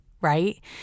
right